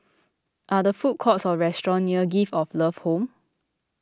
are there food courts or restaurants near Gift of Love Home